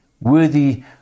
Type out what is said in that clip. worthy